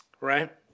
right